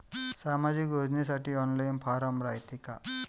सामाजिक योजनेसाठी online form रायते का?